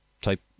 type